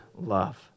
love